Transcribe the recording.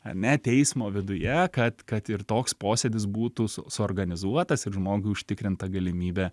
ar ne teismo viduje kad kad ir toks posėdis būtų su suorganizuotas ir žmogui užtikrinta galimybė